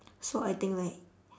so I think like